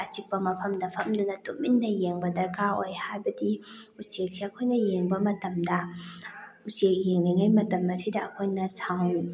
ꯑꯆꯤꯛꯄ ꯃꯐꯝꯗ ꯐꯝꯗꯨꯅ ꯇꯨꯃꯤꯟꯅ ꯌꯦꯡꯕ ꯗꯔꯀꯥꯔ ꯑꯣꯏ ꯍꯥꯏꯕꯗꯤ ꯎꯆꯦꯛꯁꯤ ꯑꯩꯈꯣꯏꯅ ꯌꯦꯡꯕ ꯃꯇꯝꯗ ꯎꯆꯦꯛ ꯌꯦꯡꯂꯤꯉꯩ ꯃꯇꯝ ꯑꯁꯤꯗ ꯑꯩꯈꯣꯏꯅ ꯁꯥꯎꯟ